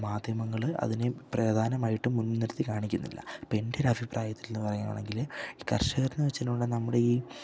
മാധ്യമങ്ങൾ അതിനെ പ്രധാനമായിട്ടും മുൻനിർത്തി കാണിക്കുന്നില്ല ഇപ്പം എൻ്റെ ഒരു അഭിപ്രായത്തിൽ നിന്ന് പറയുവാണെങ്കിൽ ഈ കർഷകർ എന്ന് വെച്ചിട്ടുണ്ടെങ്കിൽ നമ്മുടെ ഈ